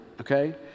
okay